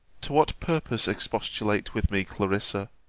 to what purpose expostulate with me, clarissa?